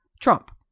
Trump